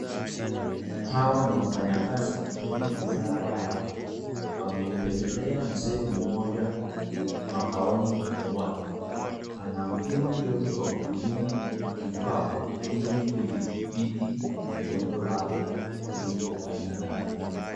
Hawa ni wafanyakazi kutoka wizara ya afya. Wamemtembelea mzee mmoja makaoni mwake. Anampima joto kwa kutumia kifaa ili kudhibiti joto lake liko aina gani.